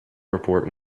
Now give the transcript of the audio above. report